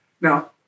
Now